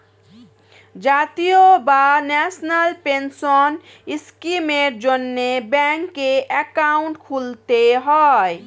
জাতীয় বা national pension স্কিমের জন্যে ব্যাঙ্কে অ্যাকাউন্ট খুলতে হয়